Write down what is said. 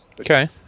okay